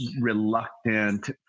reluctant